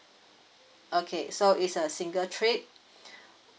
okay so is a single trip